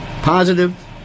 positive